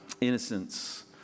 Innocence